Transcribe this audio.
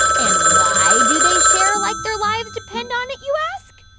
and why do they share like their lives depend on it, you ask?